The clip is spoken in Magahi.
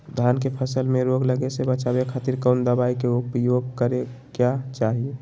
धान के फसल मैं रोग लगे से बचावे खातिर कौन दवाई के उपयोग करें क्या चाहि?